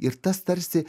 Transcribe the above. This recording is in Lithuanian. ir tas tarsi